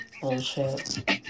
Bullshit